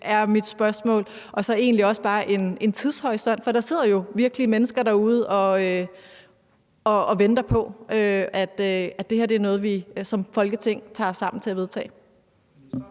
Det er mit spørgsmål. Og så vil jeg egentlig også bare bede om en tidshorisont, for der sidder jo virkelige mennesker derude og venter på, at det her er noget, vi som Folketing tager os sammen til at vedtage.